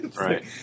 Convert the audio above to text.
Right